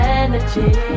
energy